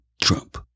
Trump